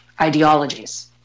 ideologies